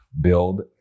build